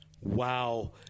Wow